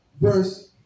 verse